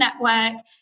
network